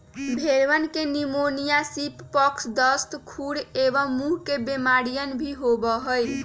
भेंड़वन के pneumonia, sheep pox, दस्त, खुर एवं मुँह के बेमारियन भी होबा हई